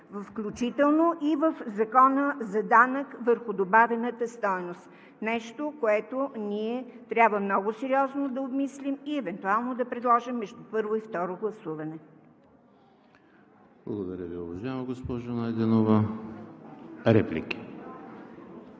включително и в Закона за данък върху добавената стойност. Нещо, което ние трябва много сериозно да обмислим и евентуално да предложим между първо и второ гласуване. ПРЕДСЕДАТЕЛ ЕМИЛ ХРИСТОВ: Благодаря Ви, уважаема госпожо Найденова. Има ли